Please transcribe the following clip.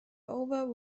over